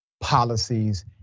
policies